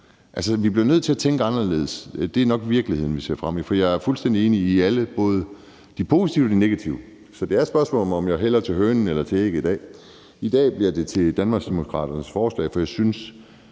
Altså, vi bliver nødt til at tænke anderledes. Det er nok virkeligheden, vi ser ind i. For jeg er fuldstændig enig i alle bemærkningerne, både de positive og de negative. Så det er et spørgsmål om, om jeg hælder til, at hønen eller ægget skal komme først. I dag hælder jeg til Danmarksdemokraternes forslag, for jeg synes,